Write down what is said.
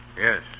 Yes